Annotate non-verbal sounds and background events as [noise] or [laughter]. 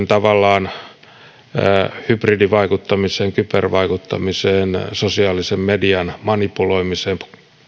[unintelligible] tavallaan myöskin hybridivaikuttamiseen kybervaikuttamiseen sosiaalisen median manipuloimiseen